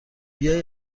بیا